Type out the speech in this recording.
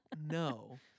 no